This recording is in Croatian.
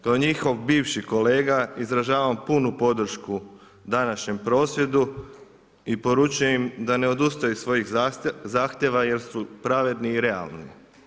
Kao njihov bivši kolega izražavam punu podršku današnjem prosvjedu i poručujem im da ne odustaju od svojih zahtjeva jer su pravedni i realni.